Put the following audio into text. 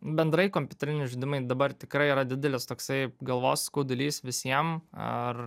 bendrai kompiuteriniai žaidimai dabar tikrai yra didelis toksai galvos skaudulys visiem ar